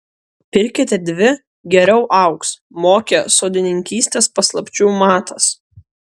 pirkite dvi geriau augs mokė sodininkystės paslapčių matas